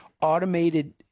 automated